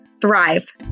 thrive